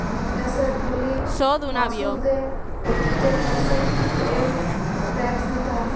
দ্যাশের ধলি মালুসদের প্যত্তেক বসর ওয়েলথ ট্যাক্স দিতে হ্যয়